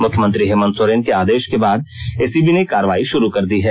मुख्यमंत्री हेमंत सोरेन के आदेश के बाद एसीबी ने कार्रवाई शुरू कर दी है